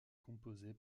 composée